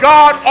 God